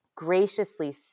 graciously